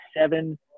seven